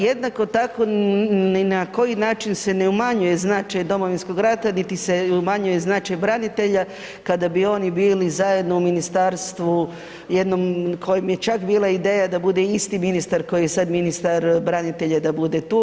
Jednako tako ni na koji način se ne umanjuje značaj Domovinskog rata, niti se umanjuje značaj branitelja kada bi oni bili zajedno u jednom ministarstvu kojem je čak bila ideja da bude isti ministar koji je sada ministar branitelja da bude tu.